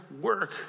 work